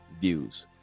views